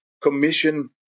Commission